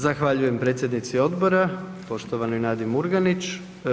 Zahvaljujem predsjednici odbora poštovanoj Nadi Murganić.